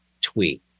tweet